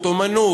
אמנות,